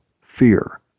fear